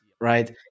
right